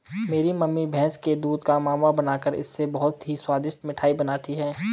मेरी मम्मी भैंस के दूध का मावा बनाकर इससे बहुत ही स्वादिष्ट मिठाई बनाती हैं